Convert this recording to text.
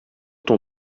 ton